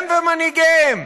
הם ומנהיגיהם.